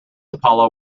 apollo